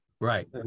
Right